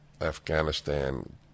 Afghanistan